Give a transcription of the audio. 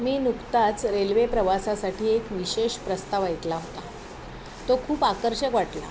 मी नुकताच रेल्वे प्रवासासाठी एक विशेष प्रस्ताव ऐकला होता तो खूप आकर्षक वाटला